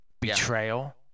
Betrayal